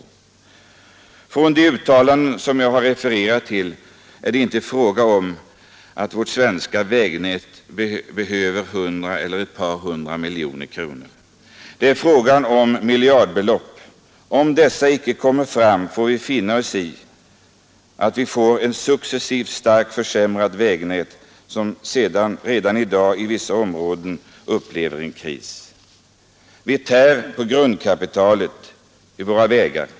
Enligt de uttalanden som jag har refererat är det inte fråga om att vårt svenska vägnät skulle behöva 100 miljoner eller 200 miljoner kronor — det är fråga om miljardbelopp. Om dessa medel inte kommer fram får vi finna oss i att vägnätet, som redan i dag i vissa områden upplever en kris, successivt starkt kommer att försämras. Vi tär på grundkapitalet i våra vägar.